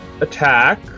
attack